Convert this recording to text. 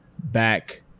back